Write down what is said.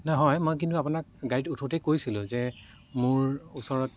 হয় কিন্তু মই আপোনাক গাড়ীত উঠোঁতেই কৈছিলোঁ যে মোৰ ওচৰত